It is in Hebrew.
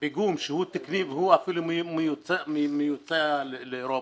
פיגום שהוא תקני והוא אפילו מיוצא לאירופה,